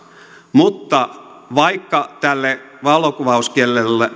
mutta vaikka tälle valokuvauskiellolle